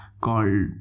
called